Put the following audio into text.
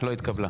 לא התקבלה.